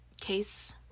case